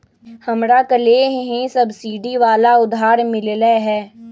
हमरा कलेह ही सब्सिडी वाला उधार मिल लय है